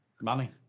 money